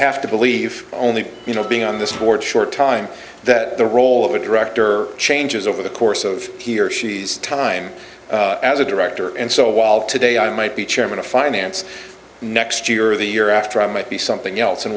have to believe only you know being on this board short time that the role of a director changes over the course of he or she's time as a director and so while today i might be chairman of finance next year or the year after i might be something else and